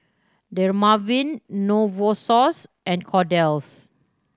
Dermaveen Novosource and Kordel's